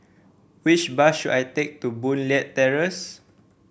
which bus should I take to Boon Leat Terrace